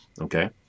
okay